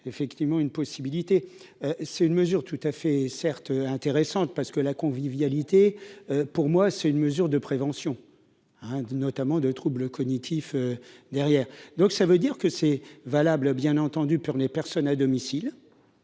c'est une mesure tout à fait certes intéressante parce que la convivialité, pour moi, c'est une mesure de prévention ah Inde notamment de troubles cognitifs derrière, donc ça veut dire que c'est valable, bien entendu, pour les personnes à domicile.